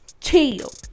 Chill